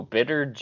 Bitter